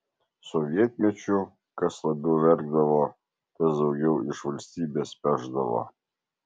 sovietmečiu kas labiau verkdavo tas daugiau iš valstybės pešdavo